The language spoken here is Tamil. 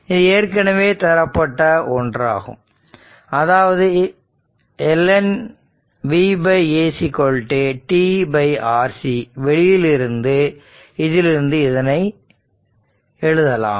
இது ஏற்கனவே தரப்பட்ட ஒன்றாகும் அதாவது ln VA tRC வெளியிலிருந்து இதிலிருந்து இதனை எழுதலாம்